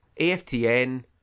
AFTN